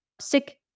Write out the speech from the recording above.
sick